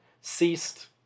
ceased